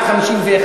סעיפים 1 2 נתקבלו.